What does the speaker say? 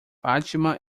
fátima